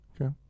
Okay